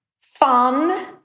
fun